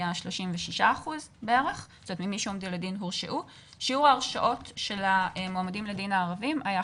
דיברנו על בני נוער תחושת המוגנות של התלמידים הערבים,